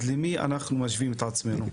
למי אנחנו משווים את עצמנו?